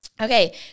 Okay